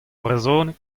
brezhoneg